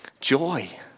joy